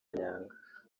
kanyanga